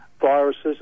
viruses